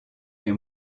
mais